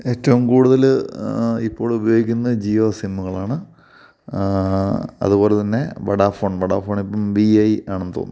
ഏറ്റവും കൂടുതല് ഇപ്പോഴുപയോഗിക്കുന്നത് ജിയോ സിമ്മുകളാണ് അതുപോലെ തന്നെ വഡാഫോൺ വഡാഫോണിപ്പം വി ഐ ആണെന്ന് തോന്നുന്നു